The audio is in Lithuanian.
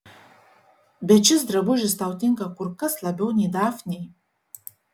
bet šis drabužis tau tinka kur kas labiau nei dafnei